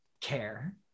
care